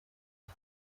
iki